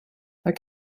there